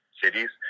cities